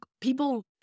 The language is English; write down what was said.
people